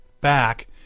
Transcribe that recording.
back